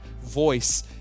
voice